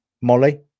Molly